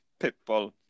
Pitbull